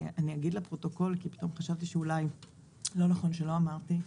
אני אגיד לפרוטוקול כי פתאום חשבתי שאולי לא נכון שלא אמרתי.